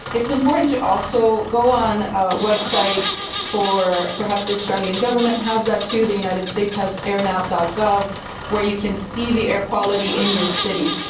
it's important to also go on a website for, perhaps the australian government has that too, the united states has airnow. gov where you can see the air quality in your city.